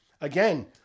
again